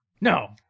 no